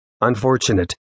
unfortunate